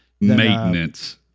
maintenance